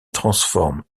transforme